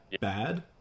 bad